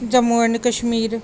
Jammu and Kashmir